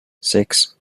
sechs